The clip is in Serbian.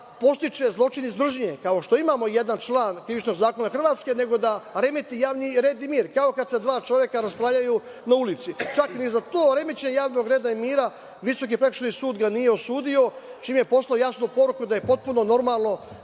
podstiče zločin iz mržnje, kao što imamo jedan član Krivičnog zakona Hrvatske, nego da remeti javni red i mir, kao kada se dva čoveka raspravljaju na ulici. Čak ni za to remećenje javnog reda i mira Visoki prekršajni sud ga nije osudio, čime je poslao jasnu poruku da je potpuno normalno